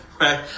right